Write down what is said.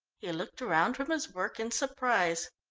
he looked round from his work in surprise.